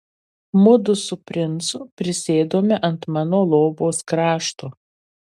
mudu su princu prisėdome ant mano lovos krašto